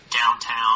downtown –